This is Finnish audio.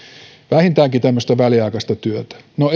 vähintäänkin tämmöistä väliaikaista työtä no